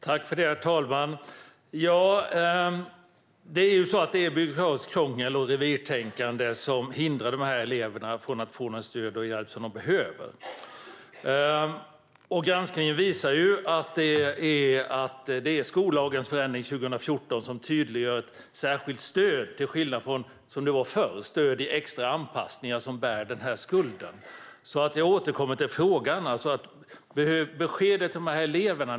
Herr talman! Det är ju så att det är byråkratiskt krångel och revirtänkande som hindrar att de här eleverna får det stöd och den hjälp som de behöver. Granskningen visar att det som bär skulden för detta är skollagens förändring 2014 som tydliggör särskilt stöd till skillnad från, som det var förr, stöd i extra anpassningar. Vad är beskedet till de här eleverna?